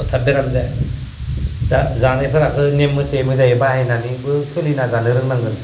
थाब बेराम जाया दा जानायफोरखौ नेम मथे मोजाङै बाहायनानैबो सोलिना जानो रोंनांगोन